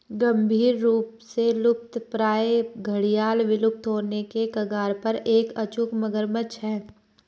गंभीर रूप से लुप्तप्राय घड़ियाल विलुप्त होने के कगार पर एक अचूक मगरमच्छ है